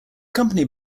company